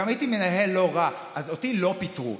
גם הייתי מנהל לא רע, אז אותי לא פיטרו.